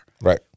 right